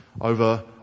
over